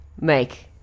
make